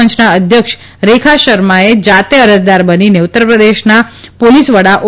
પંચના અધ્યક્ષ રેખા શર્માએ જાતે અરજદાર બનીને ઉત્તરપ્રદેશના પોલીસ વડા ઓ